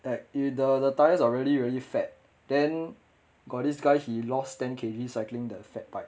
that if the the tires are really really fat then got this guy he lost ten K_G cycling the fat type